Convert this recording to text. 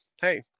hey